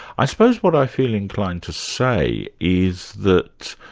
i suppose what i feel inclined to say is that,